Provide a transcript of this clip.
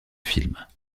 films